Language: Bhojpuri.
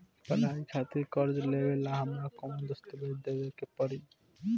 पढ़ाई खातिर कर्जा लेवेला हमरा कौन दस्तावेज़ देवे के पड़ी?